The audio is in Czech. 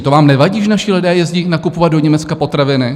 To vám nevadí, že naši lidé jezdí nakupovat do Německa potraviny?